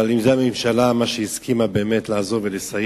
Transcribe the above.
אבל אם זה מה שהממשלה הסכימה, באמת, לעזור ולסייע,